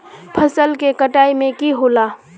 फसल के कटाई में की होला?